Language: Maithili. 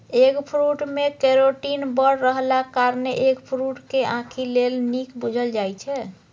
एगफ्रुट मे केरोटीन बड़ रहलाक कारणेँ एगफ्रुट केँ आंखि लेल नीक बुझल जाइ छै